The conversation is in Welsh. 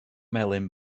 melyn